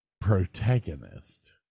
protagonist